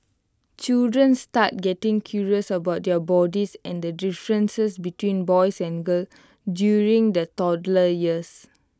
children start getting curious about their bodies and the differences between boys and girls during the toddler years